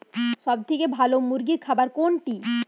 সবথেকে ভালো মুরগির খাবার কোনটি?